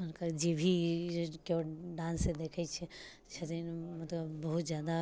हुनकर जेभी केओ डान्स देखै छिए छथिन मतलब बहुत ज्यादा